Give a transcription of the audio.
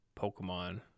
Pokemon